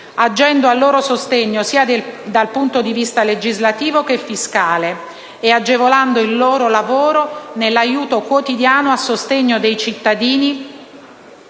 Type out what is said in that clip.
agendo a loro sostegno sia dal punto di vista legislativo che fiscale e agevolando il loro lavoro nell'aiuto quotidiano a sostegno dei cittadini